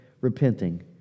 repenting